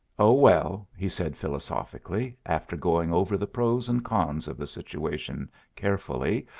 oh, well, he said philosophically, after going over the pros and cons of the situation carefully,